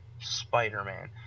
Spider-Man